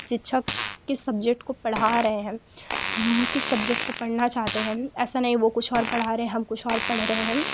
शिक्षक किस सब्जेक्ट को पढ़ा रहे हैं हम किस सब्जेक्ट को पढ़ना चाहते हैं ऐसा नहीं वह कुछ और पढ़ा रहें हम कुछ और पढ़ रहे हैं